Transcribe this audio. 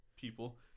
people